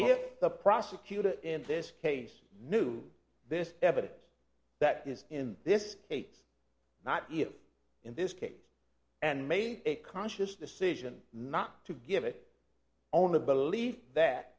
if the prosecutor in this case knew this evidence that is in this case not yet in this case and made a conscious decision not to give it on a belief that